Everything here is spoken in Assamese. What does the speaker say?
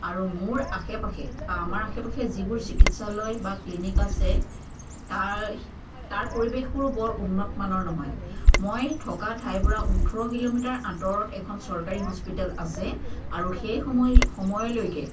আৰু মোৰ আশে পাশে বা আমাৰ আশে পাশে যিবোৰ চিকিৎসালয় বা ক্লিনিক আছে তাৰ তাৰ পৰিৱেশবোৰ বৰ উন্নতমানৰ নহয় মই থকা ঠাইৰ পৰা ওঠৰ কিলোমিটাৰ আঁতৰত এখন চৰকাৰী হস্পিতেল আছে আৰু সেই সময় সময়লৈকে